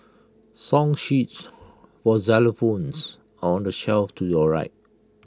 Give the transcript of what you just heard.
song sheets for xylophones are on the shelf to your right